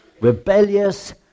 rebellious